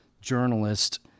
journalist